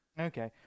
Okay